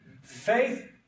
Faith